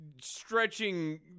stretching